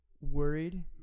worried